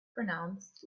pronounced